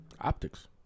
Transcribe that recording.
Optics